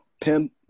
pin